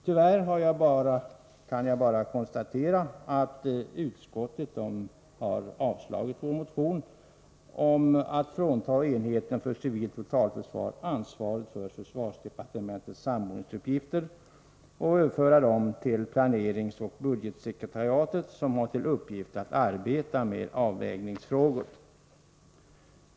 Tyvärr kan jag bara konstatera att utskottet avstyrkt vår motion om att frånta enheten för civilt totalförsvar ansvaret för försvarsdepartementets samordningsuppgifter och överföra denna uppgift till planeringsoch budgetsekretariatet, som har till uppgift att arbeta med avvägningsfrågor.